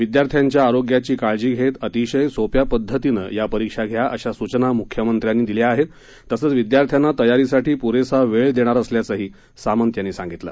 विद्यार्थ्यांच्या आरोग्याची काळजी घेत अतिशय सोप्या पद्धतीनं या परीक्षा घ्या अशा सूचना म्ख्यमंत्र्यांनी दिल्या आहेत तसंच विद्यार्थ्यांना तयारीसाठी प्रेसा वेळ देणार असल्याचंही सामंत यांनी सांगितल